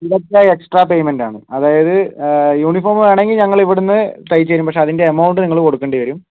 ഇതൊക്കെ extra payment ആണ് അതായത് യൂണിഫോം വേണമെങ്കിൽ ഞങ്ങള് ഇവിടന്ന് തയച്ചുതരും പക്ഷേ അതിൻ്റെ എമൗണ്ട് യൂണിഫോമിന് നിങ്ങള് കൊടുക്കേണ്ടി വരും